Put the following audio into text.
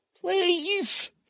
Please